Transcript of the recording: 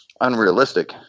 unrealistic